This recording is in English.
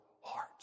heart